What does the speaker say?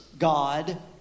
God